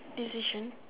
decision